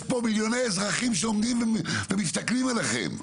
יש פה מיליוני אזרחים שעומדים ומסתכלים עליכם.